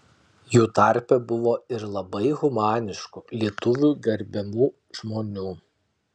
jų tarpe buvo ir labai humaniškų lietuvių gerbiamų žmonių